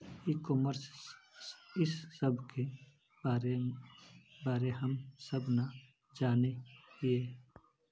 ई commerce इस सब के बारे हम सब ना जाने हीये?